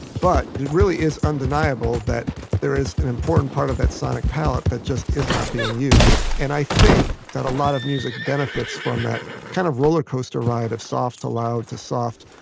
but it really is undeniable that there is an important part of that sonic palette that just is not being used and i think that a lot of music benefits from that kind of rollercoaster ride of soft to loud to soft.